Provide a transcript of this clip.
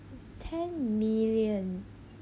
ten million